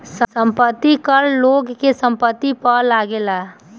संपत्ति कर लोग के संपत्ति पअ लागेला